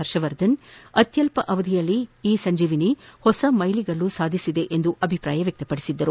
ಹರ್ಷವರ್ಧನ್ ಅತ್ಯಲ್ಲ ಅವಧಿಯಲ್ಲಿ ಇ ಸಂಜೀವಿನಿ ಹೊಸ ಮೈಲುಗಲ್ಲು ಸಾಧಿಸಿದೆ ಎಂದು ಅಭಿಪ್ರಾಯ ವ್ಯಕ್ತಪಡಿಸಿದ್ದರು